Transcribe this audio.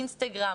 אינסטגרם,